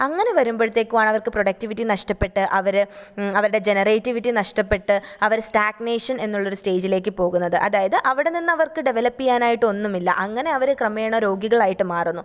അങ്ങനെ വരുമ്പോഴത്തേക്കുമാണ് അവര്ക്ക് പ്രൊഡക്റ്റിവിറ്റി നഷ്ടപ്പെട്ട് അവർ അവരുടെ ജനറേറ്റിവിറ്റി നഷ്ടപ്പെട്ട് അവർ സ്റ്റാഗ്നേഷന് എന്നുള്ള ഒരു സ്റ്റേജിലേക്ക് പോകുന്നത് അതായത് അവിടെ നിന്ന് അവര്ക്ക് ഡെവലപ്പ് ചെയ്യാനായിട്ട് ഒന്നുമില്ല അങ്ങനെ അവർ ക്രമേണ രോഗികളായിട്ട് മാറുന്നു